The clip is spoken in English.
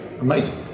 amazing